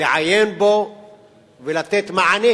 לעיין בו ולתת מענה